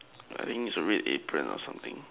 I think it's a red apron or something